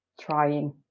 trying